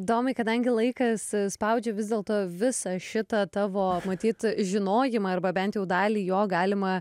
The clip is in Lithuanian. domai kadangi laikas spaudžia vis dėlto visą šitą tavo matyt žinojimą arba bent jau dalį jo galima